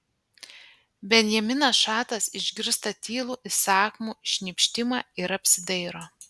benjaminas šatas išgirsta tylų įsakmų šnypštimą ir apsidairo